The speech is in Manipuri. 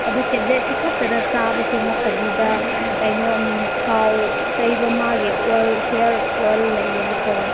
ꯑꯗꯨ ꯇꯦꯕ꯭ꯂꯦꯠꯁꯤ ꯈꯛꯇꯗ ꯆꯥꯕꯁꯤ ꯅꯠꯇꯕꯤꯗ ꯀꯩꯅꯣ ꯎꯝ ꯊꯥꯎ ꯇꯩꯕ ꯃꯥꯒꯤ ꯑꯣꯏꯜ ꯍꯤꯌꯔ ꯑꯣꯏꯜ ꯂꯩꯌꯦꯕꯀꯣ